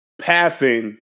passing